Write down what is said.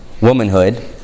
womanhood